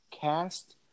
cast